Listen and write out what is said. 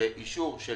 שאישור של